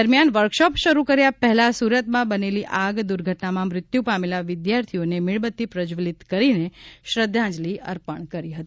દરમિયાન વર્કશોપ શરૂ કર્યા પહેલાં સુરતમાં બનેલી આગ દુર્ઘટનામાં મૃત્યુ પામેલા વિદ્યાર્થીઓને મીણબત્તી પ્રજ્વલિત કરીને શ્રધ્ધાંજલિ અર્પણ કરી હતી